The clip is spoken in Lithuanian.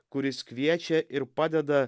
kuris kviečia ir padeda